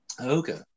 Okay